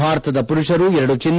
ಭಾರತದ ಮರುಷರು ಎರಡು ಚಿನ್ನ